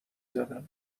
زدم